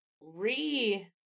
re